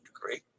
degree